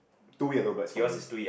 two yellow birds for me